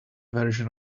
version